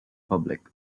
public